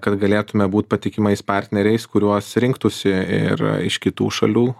kad galėtume būt patikimais partneriais kuriuos rinktųsi ir iš kitų šalių